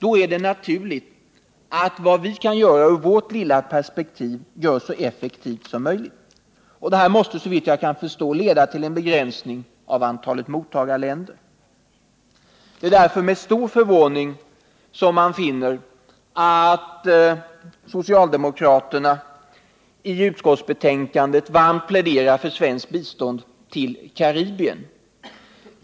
Då är det naturligt att det lilla vi med vårt perspektiv kan göra görs så effektivt som möjligt. Detta måste såvitt jag kan förstå leda till en begränsning av antalet mottagarländer. Det är därför med stor förvåning som man finner att socialdemokraterna i 173 utskottsbetänkandet varmt pläderar för svenskt bistånd till länder i det karibiska området.